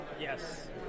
Yes